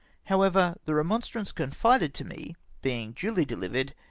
however, the remonstrance confided to me being duly dehvered,